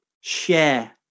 share